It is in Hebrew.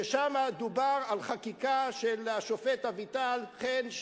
ושם דובר על חקיקה של השופט אביטל חן,